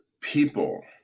people